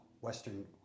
Western